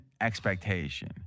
expectation